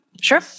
Sure